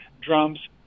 drums